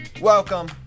Welcome